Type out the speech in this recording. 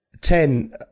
Ten